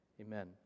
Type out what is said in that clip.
amen